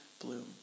bloom